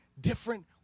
different